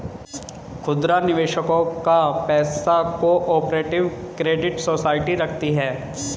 खुदरा निवेशकों का पैसा को ऑपरेटिव क्रेडिट सोसाइटी रखती है